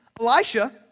Elisha